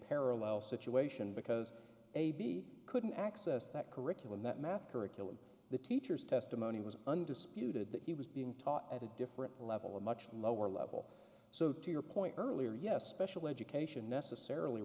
parallel situation because a b couldn't access that curriculum that math curriculum the teacher's testimony was undisputed that he was being taught at a different level a much lower level so to your point earlier yes peshawar education necessarily